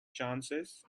chances